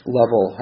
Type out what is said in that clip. level